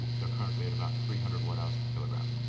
they're currently at about three hundred watt hours per kilogram.